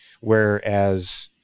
whereas